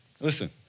Listen